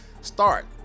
start